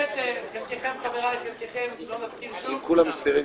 חלקכם חבריי, חלקכם - לא נזכיר שוב.